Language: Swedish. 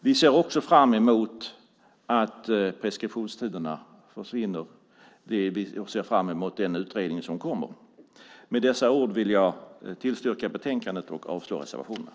Vi ser också fram emot att preskriptionstiderna försvinner och ser fram emot den utredning som kommer. Med dessa ord vill jag yrka bifall till förslaget i betänkandet och avslag på reservationerna.